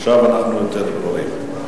עכשיו אנחנו יותר רגועים.